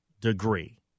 degree